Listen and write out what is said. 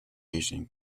asian